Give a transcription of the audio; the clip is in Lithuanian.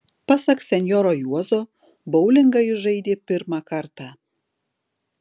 pasak senjoro juozo boulingą jis žaidė pirmą kartą